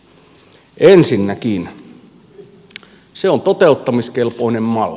ensinnäkin se on toteuttamiskelpoinen malli